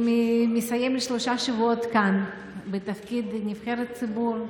אני מסיימת שלושה שבועות כאן בתפקיד נבחרת ציבור,